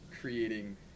creating